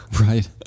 Right